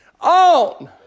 on